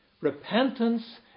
Repentance